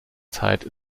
zeit